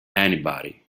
anybody